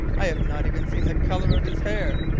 i have not even seen the colour of his hair.